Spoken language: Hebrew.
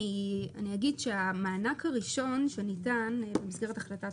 אגיד שהמענק הראשון שניתן במסגרת החלטת